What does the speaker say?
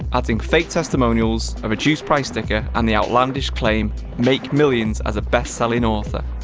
adding fake testimonials, a reduced price sticker, and the outlandish claim make millions as a best-selling author.